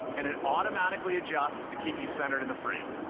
and it automatically adjusts to keep you centered in the frame.